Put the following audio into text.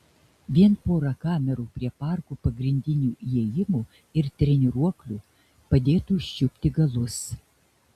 vien pora kamerų prie parkų pagrindinių įėjimų ir treniruoklių padėtų užčiupti galus